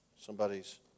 somebody's